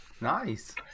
Nice